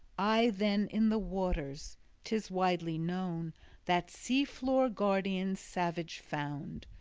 i then in the waters tis widely known that sea-floor-guardian savage found.